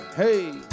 Hey